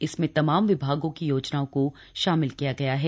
इसमें तमाम विभागों की योजनाओं को शामिल किया गया है